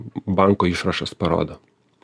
banko išrašas parodo